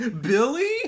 Billy